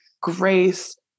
grace